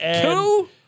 Two